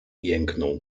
jęknął